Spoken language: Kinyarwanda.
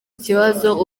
ikibazo